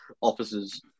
offices